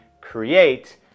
create